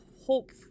hope